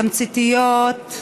תמציתיות,